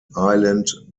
island